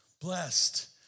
Blessed